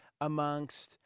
amongst